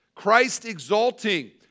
Christ-exalting